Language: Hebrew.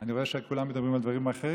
אני רואה שכולם מדברים על דברים אחרים.